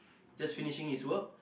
just finishing his work